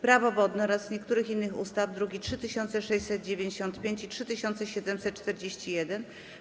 Prawo wodne oraz niektórych innych ustaw (druki nr 3695 i 3741)